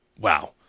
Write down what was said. Wow